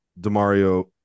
Demario